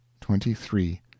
twenty-three